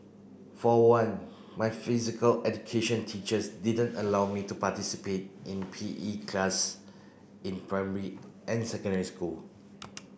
for one my physical education teachers didn't allow me to participate in P E class in primary and secondary school